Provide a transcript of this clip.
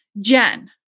Jen